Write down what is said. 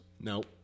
Nope